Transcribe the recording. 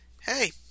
hey